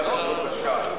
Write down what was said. בבקשה?